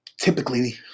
typically